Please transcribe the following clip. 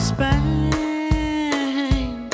Spain